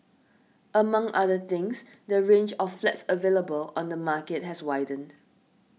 among other things the range of flats available on the market has widened